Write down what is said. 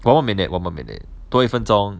one minute one more minute 多一分钟